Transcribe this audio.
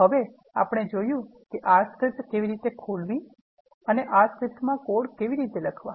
તો હવે આપણે જોયું છે કે R સ્ક્રિપ્ટ કેવી રીતે ખોલવી અને R સ્ક્રિપ્ટ માં કોડ કેવી રીતે લખવા